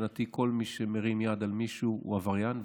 מבחינתי כל מי שמרים יד על מישהו הוא עבריין.